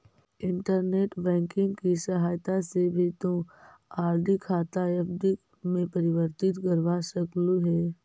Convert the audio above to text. internet banking की सहायता से भी तु आर.डी खाता एफ.डी में परिवर्तित करवा सकलू हे